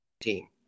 team